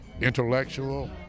intellectual